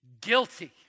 guilty